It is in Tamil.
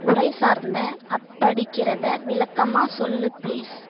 உரைசார்ந்த அப்படிக்கிறதை விளக்கமாக சொல்லு ப்ளீஸ்